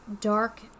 dark